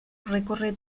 recorre